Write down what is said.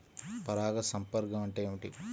పరాగ సంపర్కం అంటే ఏమిటి?